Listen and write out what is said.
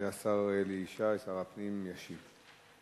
השר אלי ישי, שר הפנים, ישיב.